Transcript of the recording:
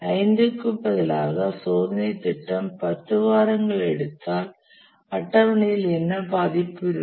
5 க்கு பதிலாக சோதனை திட்டம் 10 வாரங்கள் எடுத்தால் அட்டவணையில் என்ன பாதிப்பு இருக்கும்